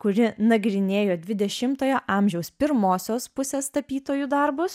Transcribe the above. kuri nagrinėjo dvidešimtojo amžiaus pirmosios pusės tapytojų darbus